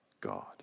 God